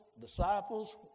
disciples